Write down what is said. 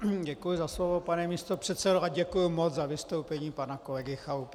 Děkuji za slovo, pane místopředsedo, a děkuji moc za vystoupení pana kolegy Chalupy.